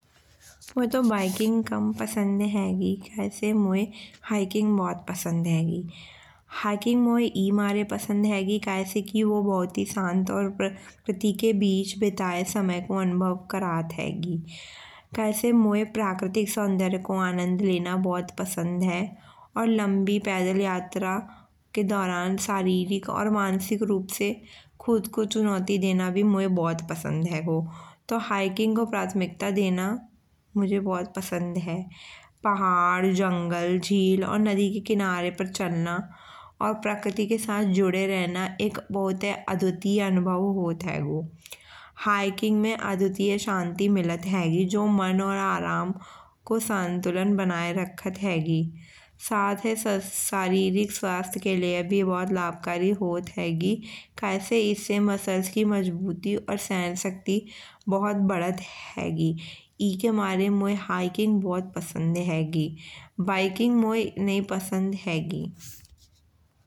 मोये तो बाइकिंग कम पसंद हैगी। कय से मोये हाइकिंग भोत पसंद हैगी। हाइकिंग मोये ए मारे पसंद हैगी कयसे की वो भोत ही शांत के बीच बिताए समय को अनुभव करत हैगी। कयसे मोये प्राकृतिक सौंदर्य को आनंद लेना भोत पसंद है। और लम्बी पैदल यात्रा के दौरान शारीरिक और मानसिक रूप से खुद को चुनौती देना भी मोये भोत पसंद हैगो। तो हाइकिंग को प्राथमिकता देना मुझे भोत पसंद है। पहाड़, जंगल, झील, और नदी के किनारे पर चलना और प्रकृति के साथ जुड़े रहना एक अदुतिए अनुभव होत हैगो। हाइकिंग में अदुतिए शांति मिलत हैगी जो मन और आराम को संतुलन बनाए रखत हैगी। शारीरिक स्वास्थ्य के लिए भी भोत लन्हकारी होत हैगी। कयसे इसे मसल्स की मजबूती और सहनशक्ति बहुत बढ़हत हैगी। एके मारे मोये हाइकिंग भोत पसंद हैगी। बाइकिंग मोये नई पसंद हैगी।